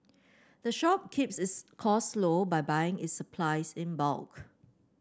the shop keeps its costs low by buying its supplies in bulk